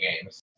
games